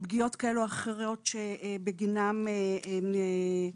פגיעות כאלה או אחרות שבגינן נדרשה